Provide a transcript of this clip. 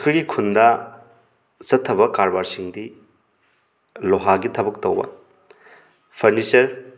ꯑꯩꯈꯣꯏꯒꯤ ꯈꯨꯟꯗ ꯆꯠꯊꯕ ꯀꯔꯕꯥꯔꯁꯤꯡꯗꯤ ꯂꯣꯍꯥꯒꯤ ꯊꯕꯛ ꯇꯧꯕ ꯐꯔꯅꯤꯆꯔ